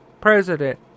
president